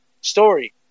story